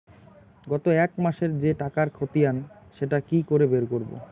গত এক মাসের যে টাকার খতিয়ান সেটা কি করে বের করব?